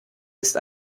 ist